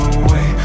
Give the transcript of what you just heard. away